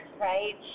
right